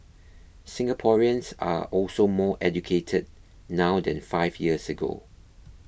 Singaporeans are also more educated now than five years ago